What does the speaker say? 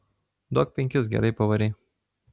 duok penkis gerai pavarei